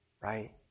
right